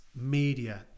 media